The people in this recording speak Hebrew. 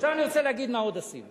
עכשיו אני רוצה להגיד מה עוד עשינו.